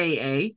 AA